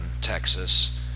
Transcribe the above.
Texas